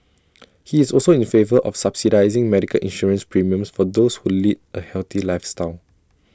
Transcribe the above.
he is also in favour of subsidising medical insurance premiums for those who lead A healthy lifestyle